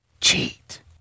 Cheat